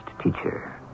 teacher